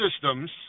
systems